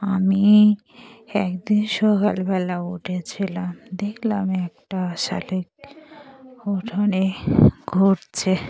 আমি একদিন সকালবেলা উঠেছিলাম দেখলাম একটা শালিক উঠানে ঘুরছে